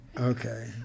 okay